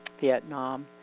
Vietnam